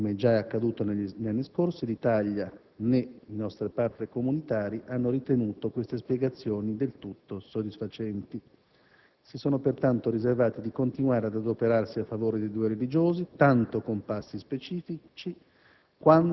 Come già è accaduto negli anni scorsi, né l'Italia né gli altri *partner* comunitari hanno ritenuto queste spiegazioni del tutto soddisfacenti. Si sono riservati pertanto di continuare ad adoperarsi a favore dei due religiosi tanto con passi specifici